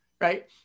right